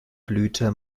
blüte